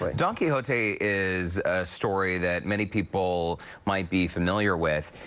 like don quixote is a story that many people might be familiar with.